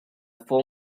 full